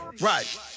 Right